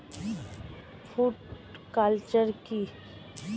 Fruticulture কী?